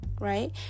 right